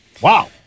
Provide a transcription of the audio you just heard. Wow